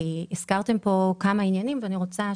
אנחנו השנה סגרנו שומות מול רשות המסים עד 2019. אני חושבת שמעטות